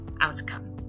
outcome